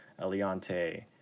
Eliante